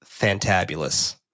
fantabulous